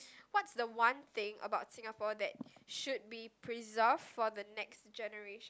what's the one thing about Singapore that should be preserved for the next generation